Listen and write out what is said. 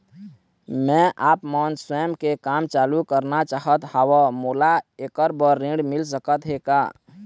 मैं आपमन स्वयं के काम चालू करना चाहत हाव, मोला ऐकर बर ऋण मिल सकत हे का?